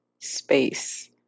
space